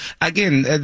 again